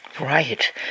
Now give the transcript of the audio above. Right